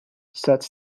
sets